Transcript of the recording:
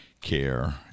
Care